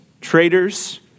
traitors